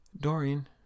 Dorian